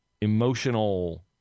emotional